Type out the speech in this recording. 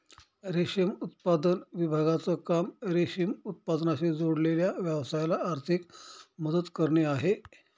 रेशम उत्पादन विभागाचं काम रेशीम उत्पादनाशी जोडलेल्या व्यवसायाला आर्थिक मदत करणे आहे